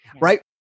right